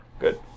Good